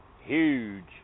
huge